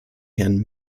herrn